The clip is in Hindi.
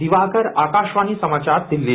दिवाकर आकाशवाणी समाचार दिल्ली